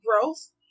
Growth